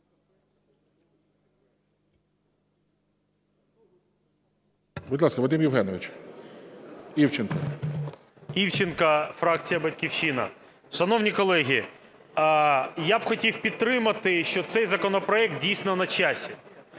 Будь ласка, Вадим Євгенович Івченко. 13:13:21 ІВЧЕНКО В.Є. Івченко, фракція "Батьківщина". Шановні колеги, я б хотів підтримати, що цей законопроект дійсно на часі.